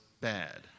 bad